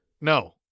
No